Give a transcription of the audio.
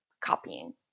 copying